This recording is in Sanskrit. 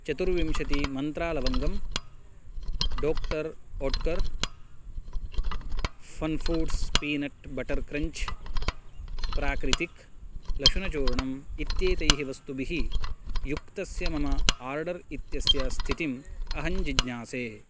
चतुर्विंशति मन्त्रा लवङ्गं doctor Oetker fun foods peanut butter crunch प्राक्रितिक् लशुनचूर्णम् इत्येतैः वस्तुभिः युक्तस्य मम आर्डर् इत्यस्य स्थितिम् अहं जिज्ञासे